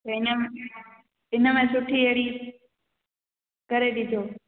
त हिन इन में सुठी अहिड़ी करे ॾिजो